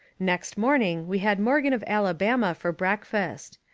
next morning we had morgan of alabama for breakfast.